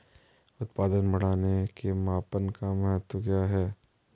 उत्पादन बढ़ाने के मापन का महत्व क्या है?